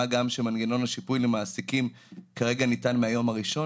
מה גם שמנגנון השיפוי למעסיקים כרגע ניתן מהיום הראשון.